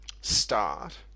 start